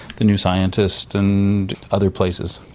the new scientist and other places.